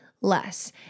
less